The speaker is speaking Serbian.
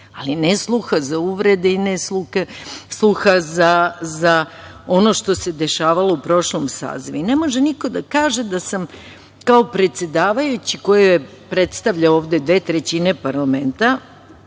ali ne sluha za uvrede i ne sluha za ono što se dešavalo u prošlom sazivu. Ne može niko da kaže da sam kao predsedavajući koji je predstavljao ovde dve trećine parlamenta,